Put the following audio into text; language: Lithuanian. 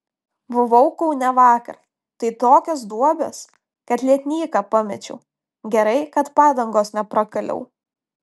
buvau kaune vakar tai tokios duobės kad lietnyką pamečiau gerai kad padangos neprakaliau